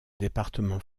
département